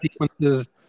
sequences